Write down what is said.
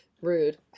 rude